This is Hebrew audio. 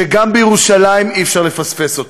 שגם בירושלים אי-אפשר לפספס אותו.